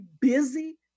busy